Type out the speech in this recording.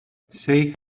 say